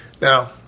Now